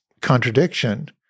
contradiction